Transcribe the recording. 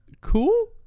Cool